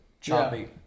choppy